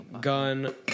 Gun